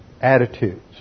Attitudes